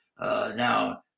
now